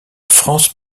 france